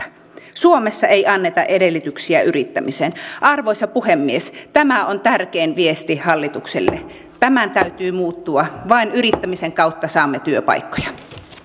suomessa ei anneta edellytyksiä yrittämiseen arvoisa puhemies tämä on tärkein viesti hallitukselle tämän täytyy muuttua vain yrittämisen kautta saamme työpaikkoja